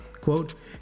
quote